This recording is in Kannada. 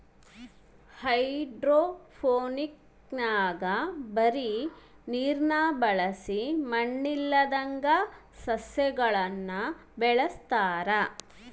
ಹೈಡ್ರೋಫೋನಿಕ್ಸ್ನಾಗ ಬರೇ ನೀರ್ನ ಬಳಸಿ ಮಣ್ಣಿಲ್ಲದಂಗ ಸಸ್ಯಗುಳನ ಬೆಳೆಸತಾರ